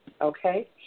Okay